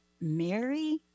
Mary